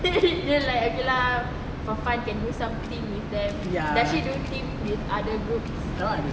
you know like okay lah for fun can do something with them does she do theme with other groups